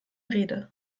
rede